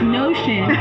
notion